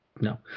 No